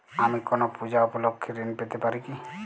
আমি কোনো পূজা উপলক্ষ্যে ঋন পেতে পারি কি?